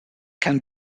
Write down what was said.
can